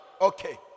Okay